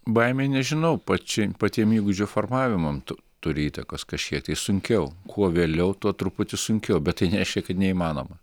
baimė nežinau pači patiem įgūdžio formavimam tu turi įtakos kažkiek tai sunkiau kuo vėliau tuo truputį sunkiau bet tai nereiškia kad neįmanoma